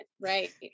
right